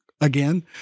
Again